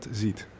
ziet